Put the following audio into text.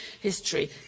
history